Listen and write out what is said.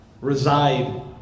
reside